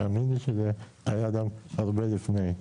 תאמין לי שזה היה גם הרבה לפני.